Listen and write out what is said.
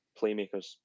playmakers